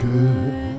Good